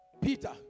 Peter